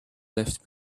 left